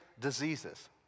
diseases